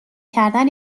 کردن